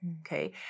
Okay